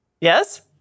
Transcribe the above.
Yes